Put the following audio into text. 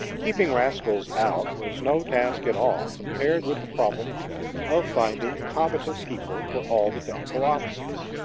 keeping rascals out was no task at all compared with the problem of finding competent people for all the technical offices.